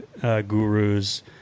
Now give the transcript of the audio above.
gurus